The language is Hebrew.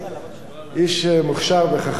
איש מוכשר וחכם.